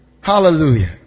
Hallelujah